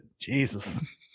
Jesus